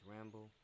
Ramble